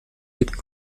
dicken